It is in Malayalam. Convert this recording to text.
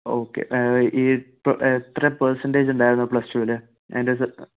ഓക്കേ ഇപ്പൊൾ എത്ര പേഴ്സൺൻ്റെജ് ഉണ്ടായിരുന്നു പ്ലസ്ടുവിന്